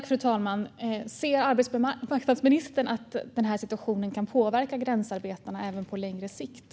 Fru talman! Ser arbetsmarknadsministern att den här situationen kan påverka gränsarbetarna även på längre sikt?